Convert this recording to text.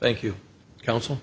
thank you counsel